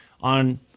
on